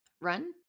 Run